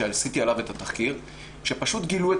שעשיתי עליו את התחקיר שפשוט גילו את